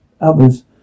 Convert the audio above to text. others